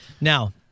Now